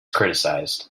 criticised